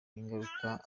ingaruka